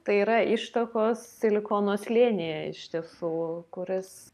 tai yra ištakos silikono slėnyje iš tiesų kuris